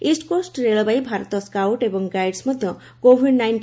East Coast railway Bharat scout ଏବଂ guide ମଧ୍ଧ Covid ନାଇ କରିଛନ୍ତି